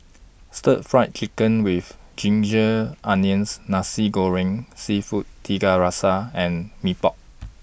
Stir Fried Chicken with Ginger Onions Nasi Goreng Seafood Tiga Rasa and Mee Pok